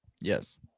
Yes